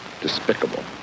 despicable